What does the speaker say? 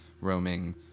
roaming